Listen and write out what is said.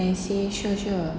then I say sure sure